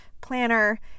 planner